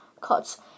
cuts